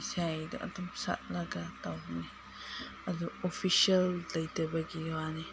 ꯏꯁꯩꯗꯣ ꯑꯗꯨꯝ ꯁꯠꯂꯒ ꯇꯧꯕꯅꯦ ꯑꯗꯣ ꯑꯣꯐꯤꯁꯦꯜ ꯂꯩꯇꯕꯒꯤ ꯋꯥꯅꯦ